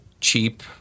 cheap